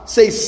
Say